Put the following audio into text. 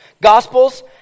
Gospels